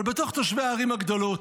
אבל בתוך תושבי הערים הגדולות,